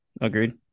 Agreed